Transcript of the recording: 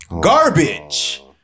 garbage